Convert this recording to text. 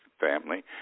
family